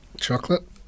chocolate